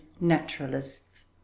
naturalists